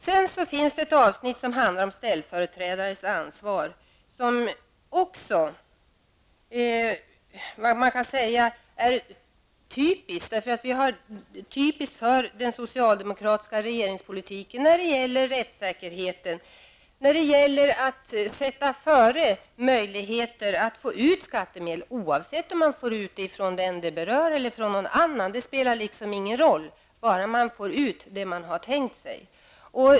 Det finns ett avsnitt som handlar om ställföreträdares ansvar och som också är typiskt för den socialdemokratiska regeringspolitiken när det gäller rättssäkerheten och när det gäller att sätta före möjligheten att få ut skattemedel, oavsett om man får ut dem från den det berör eller från någon annan -- det spelar ingen roll, bara man får ut det man har tänkt sig.